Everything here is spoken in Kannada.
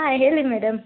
ಹಾಂ ಹೇಳಿ ಮೇಡಮ್